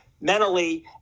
mentally